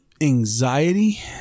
anxiety